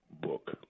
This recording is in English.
book